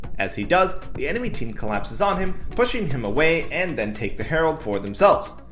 as he does, the enemy team collapses on him, pushes him away and then take the herald for themselves.